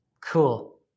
cool